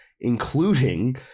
including